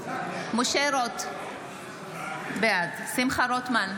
משה רוט, בעד שמחה רוטמן,